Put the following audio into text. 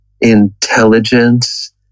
intelligence